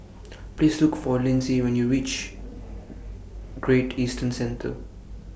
Please Look For Linsey when YOU REACH Great Eastern Centre